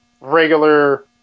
regular